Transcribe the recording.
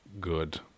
good